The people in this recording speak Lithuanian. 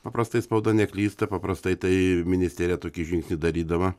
paprastai spauda neklysta paprastai tai ministerija tokį žingsnį darydama